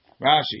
rashi